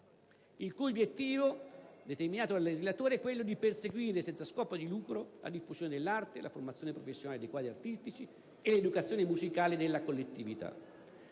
il cui obiettivo, determinato dal legislatore, è quello di perseguire, senza scopo di lucro, "la diffusione dell'arte, la formazione professionale dei quadri artistici e l'educazione musicale della collettività".